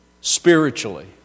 spiritually